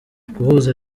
guhuza